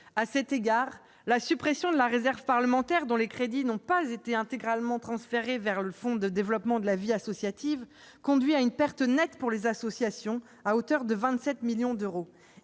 À cet égard, la suppression de la réserve parlementaire, dont les crédits n'ont pas été intégralement transférés vers le Fonds pour le développement de la vie associative (FDVA) conduit à une perte nette pour les associations, à hauteur de 27 millions d'euros.